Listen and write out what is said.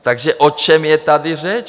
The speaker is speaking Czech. Takže o čem je tady řeč?